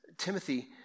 Timothy